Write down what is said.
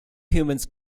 humans